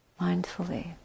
mindfully